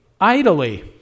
idly